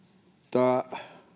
tuo